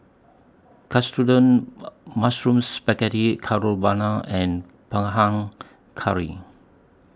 Katsudon Mushroom Spaghetti Carbonara and Panang Curry